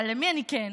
אבל למי כן?